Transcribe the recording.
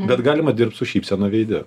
bet galima dirbt su šypsena veide